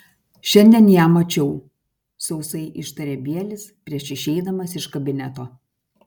šiandien ją mačiau sausai ištarė bielis prieš išeidamas iš kabineto